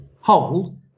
hold